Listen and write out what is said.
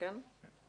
כן.